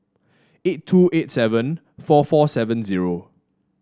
eight two eight seven four four seven zero